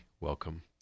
welcome